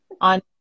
on